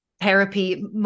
therapy